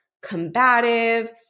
combative